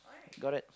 got it